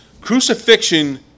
Crucifixion